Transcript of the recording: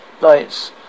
Lights